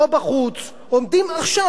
פה בחוץ עומדים עכשיו,